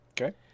Okay